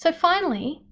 so finally,